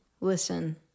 Listen